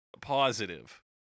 positive